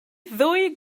ddwy